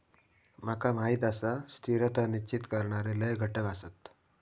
माका माहीत आसा, स्थिरता निश्चित करणारे लय घटक आसत